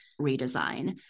redesign